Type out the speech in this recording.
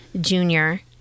Junior